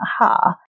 aha